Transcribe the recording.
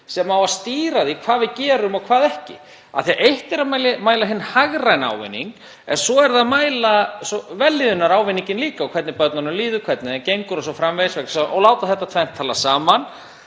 sem á að stýra því hvað við gerum og hvað ekki, af því að eitt er að mæla hinn hagræna ávinning en svo er það að mæla vellíðunarávinninginn líka, hvernig börnunum líður, hvernig þeim gengur o.s.frv. og láta þetta tvennt tala saman.